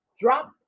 Drop